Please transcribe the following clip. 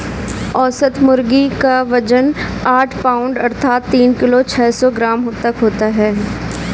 औसत मुर्गी क वजन आठ पाउण्ड अर्थात तीन किलो छः सौ ग्राम तक होता है